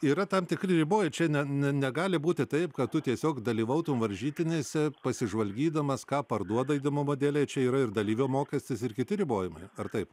yra tam tikri riboj čia ne ne negali būti taip kad tu tiesiog dalyvautum varžytinėse pasižvalgydamas ką parduoda įdomumo dėlei čia yra ir dalyvio mokestis ir kiti ribojimai ar taip